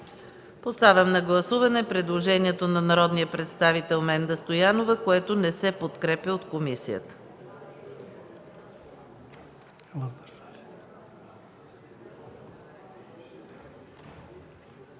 Поставям на гласуване предложението на народния представител Менда Стоянова, което не се подкрепя от комисията.